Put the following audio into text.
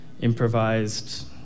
improvised